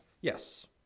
Yes